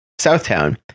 Southtown